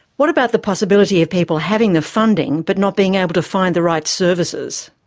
what about the possibility of people having the funding but not being able to find the right services?